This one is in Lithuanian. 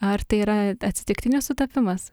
ar tai yra atsitiktinis sutapimas